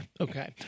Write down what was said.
Okay